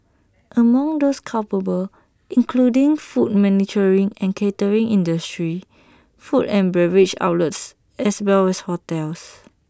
among those culpable includeding food manufacturing and catering industries food and beverage outlets as well as hotels